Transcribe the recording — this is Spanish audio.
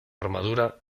armadura